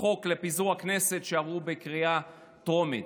חוק לפיזור הכנסת שעברו בקריאה טרומית.